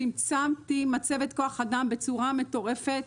צמצמתי מצבת כוח אדם בצורה מטורפת,